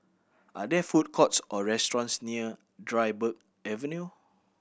are there food courts or restaurants near Dryburgh Avenue